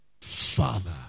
father